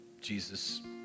Jesus